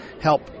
help